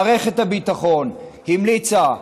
מערכת הביטחון המליצה,